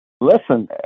listen